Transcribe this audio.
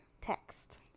Text